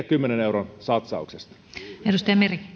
kymmenen euron satsauksesta arvoisa